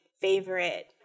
favorite